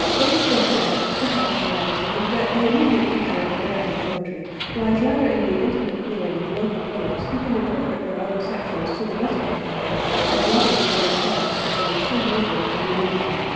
it has been said, perhaps wisely, that the immediate future of american poetry lies rather in the intimate feeling of local poets who can interpret their own sections to the rest of the country as robinson and frost have done so nobly for new england,